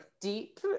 deep